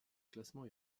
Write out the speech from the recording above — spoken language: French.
classement